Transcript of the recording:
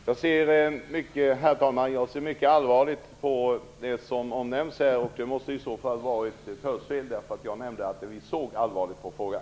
Herr talman! Jag ser mycket allvarligt på det som omnämns här. Det måste vara fråga om ett hörfel, för jag nämnde i mitt anförande att vi ser allvarligt på frågan.